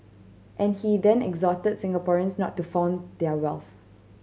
and he then exhorted Singaporeans not to flaunt their wealth